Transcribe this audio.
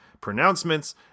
pronouncements